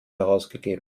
herausgegeben